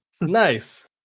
nice